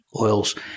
oils